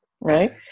Right